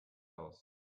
aus